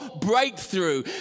breakthrough